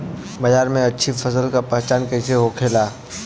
बाजार में अच्छी फसल का पहचान कैसे होखेला?